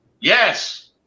Yes